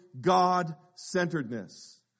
God-centeredness